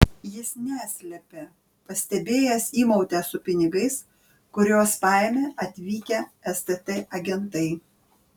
jis neslėpė pastebėjęs įmautę su pinigais kuriuos paėmė atvykę stt agentai